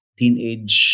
teenage